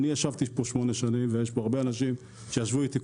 אני ישבתי פה שמונה שנים ויש פה הרבה אנשים שישבו איתי,